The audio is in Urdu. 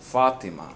فاطمہ